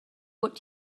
what